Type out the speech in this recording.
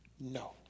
No